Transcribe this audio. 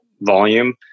volume